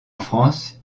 france